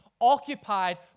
occupied